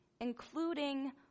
including